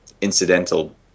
incidental